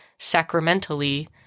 sacramentally